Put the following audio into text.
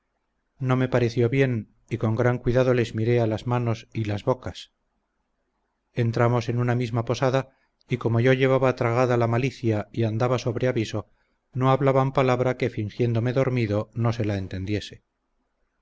no me pareció bien y con gran cuidado les miré a las manos y las bocas entramos en una misma posada y como yo llevaba tragada la malicia y andaba sobre aviso no hablaban palabra que fingiéndome dormido no se la entendiese